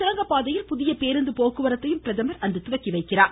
சுரங்க பாதையில் புதிய பேருந்து போக்குவரத்தையும் பிரதமர் இந்த துவக்கிவைக்க உள்ளார்